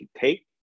take